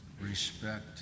respect